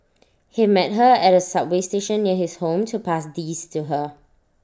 he met her at A subway station near his home to pass these to her